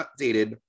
updated